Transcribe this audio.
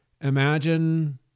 Imagine